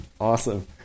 awesome